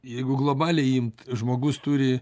jeigu globaliai imt žmogus turi